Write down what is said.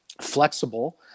flexible